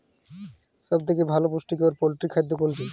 সব থেকে ভালো পুষ্টিকর পোল্ট্রী খাদ্য কোনটি?